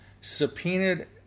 subpoenaed